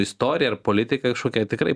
istoriją ir politiką kažkokią tikrai